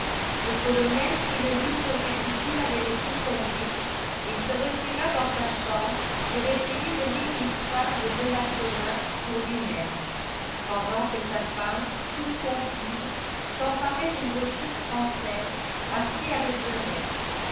le colonel prit le livre que kitty avait laissé tomber et se retira dans sa chambre pour essayer de lire l'histoire de donacona pour lui-même pendant que sa femme toute confuse s'emparait d'une brochure française achetée avec le reste